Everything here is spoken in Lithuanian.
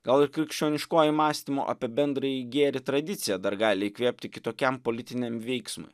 gal krikščioniškoji mąstymo apie bendrąjį gėrį tradicija dar gali įkvėpti kitokiam politiniam veiksmui